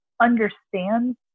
understand